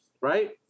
right